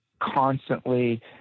constantly